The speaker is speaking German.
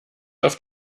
auf